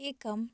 एकम्